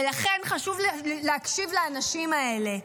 ולכן חשוב להקשיב לאנשים האלה,